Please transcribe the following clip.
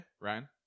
Ryan